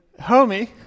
homie